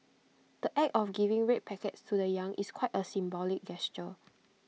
the act of giving red packets to the young is quite A symbolic gesture